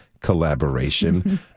collaboration